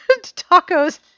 Tacos